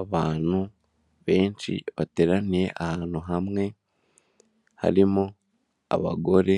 Abantu benshi bateraniye ahantu hamwe, harimo abagore